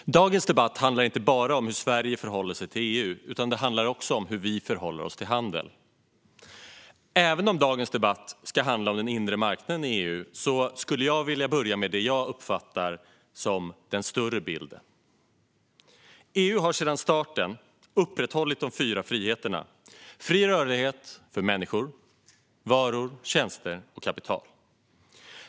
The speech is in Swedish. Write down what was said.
Fru talman! Dagens debatt handlar inte bara om hur Sverige förhåller sig till EU utan också om hur vi förhåller oss till handel. Även om dagens debatt ska handla om den inre marknaden i EU skulle jag vilja börja med det jag uppfattar som den större bilden. EU har sedan starten upprätthållit de fyra friheterna: fri rörlighet för människor, varor, tjänster och kapital.